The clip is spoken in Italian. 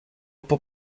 può